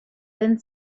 den